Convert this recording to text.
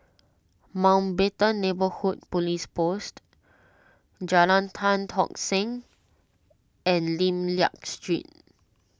Mountbatten Neighbourhood Police Post Jalan Tan Tock Seng and Lim Liak Street